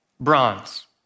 bronze